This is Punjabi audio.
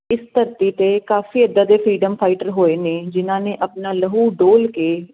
ਇਸ ਧਰਤੀ ਤੇ ਕਾਫੀ ਇਦਾਂ ਦੇ ਫਰੀਡਮ ਫਾਈਟਰ ਹੋਏ ਨੇ ਜਿਨਾਂ ਨੇ ਆਪਣਾ ਲਹੂ ਡੋਲ ਕੇ